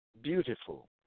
beautiful